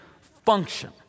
function